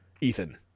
Ethan